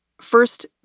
First